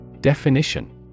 Definition